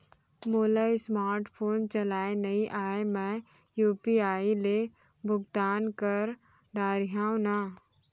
मोला smart phone चलाए नई आए मैं यू.पी.आई ले भुगतान कर डरिहंव न?